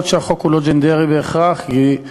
2014, לפני תשעה חודשים.